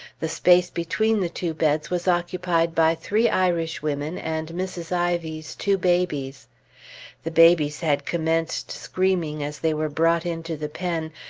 the space between the two beds was occupied by three irishwomen and mrs. ivy's two babies the babies had commenced screaming as they were brought into the pen,